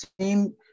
seen